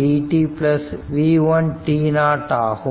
dt v1 t0 ஆகும்